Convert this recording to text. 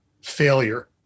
failure